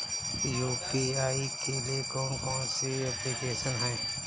UPI के लिए कौन कौन सी एप्लिकेशन हैं?